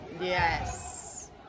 Yes